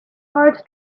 hard